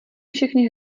všechny